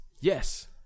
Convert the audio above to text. Yes